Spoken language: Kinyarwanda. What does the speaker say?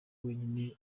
wenyine